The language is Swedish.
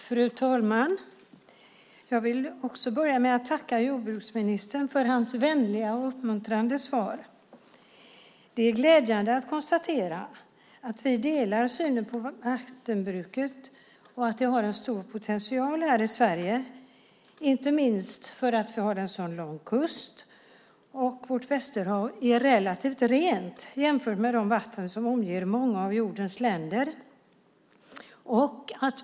Fru talman! Jag vill börja med att tacka jordbruksministern för hans vänliga och uppmuntrande svar. Det är glädjande att konstatera att vi delar synen på vattenbruket och på att det har en stor potential här i Sverige, inte minst för att vi har en så lång kust och för att vårt västerhav är relativt rent jämfört med de vatten som omger många av jordens länder.